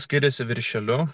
skiriasi viršeliu